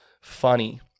funny